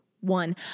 one